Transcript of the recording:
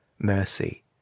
mercy